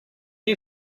you